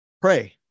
Pray